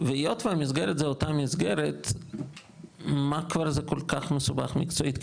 והיות והמסגרת זו אותה מסגרת מה כל כך מסובך מקצועית?